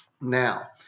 Now